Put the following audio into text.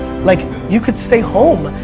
like you could stay home.